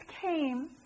came